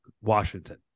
Washington